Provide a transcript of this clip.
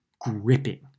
gripping